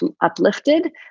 uplifted